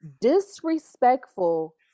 disrespectful